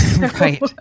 Right